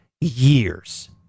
years